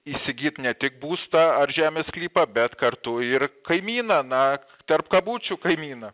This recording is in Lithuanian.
įsigyt ne tik būstą ar žemės sklypą bet kartu ir kaimyną na tarp kabučių kaimyną